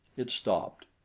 it stopped.